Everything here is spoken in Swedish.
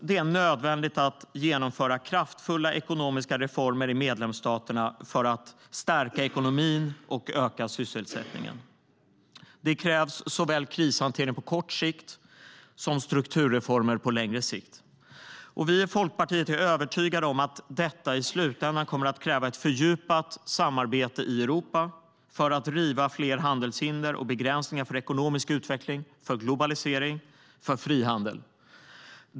Det är nödvändigt att genomföra kraftfulla ekonomiska reformer i medlemsstaterna för att stärka ekonomin och öka sysselsättningen. Det krävs såväl krishantering på kort sikt som strukturreformer på längre sikt. Vi i Folkpartiet är övertygade om att detta i slutändan kommer att kräva ett fördjupat samarbete i Europa för att riva fler handelshinder och begränsningar för ekonomisk utveckling, globalisering och frihandel.